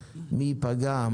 מי ייפגע,